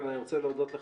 אני רוצה להודות לך,